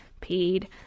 paid